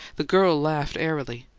the girl laughed airily.